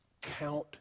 Count